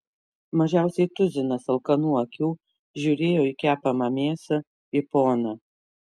mažiausiai tuzinas alkanų akių žiūrėjo į kepamą mėsą į poną